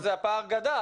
אז הפער גדל.